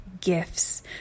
Gifts